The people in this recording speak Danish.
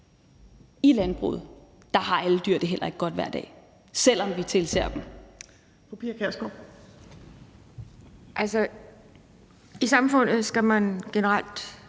i landbruget har alle dyr det heller ikke godt hver dag, selv om vi tilser dem.